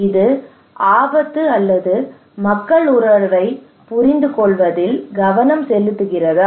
இது ஆபத்து அல்லது மக்கள் உணர்வைப் புரிந்துகொள்வதில் கவனம் செலுத்துகிறதா